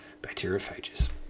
bacteriophages